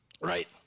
Right